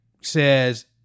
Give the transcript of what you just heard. says